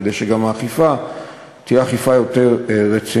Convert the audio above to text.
כדי שגם האכיפה תהיה אכיפה יותר רצינית